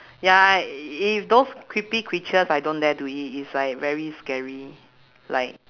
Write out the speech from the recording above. ya i~ if those creepy creatures I don't dare to eat it is like very scary like